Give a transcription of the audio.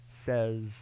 says